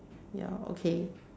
ya okay